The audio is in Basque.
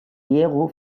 diegu